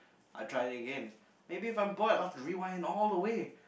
I'll try it again maybe if I'm bored I'll rewind it all the way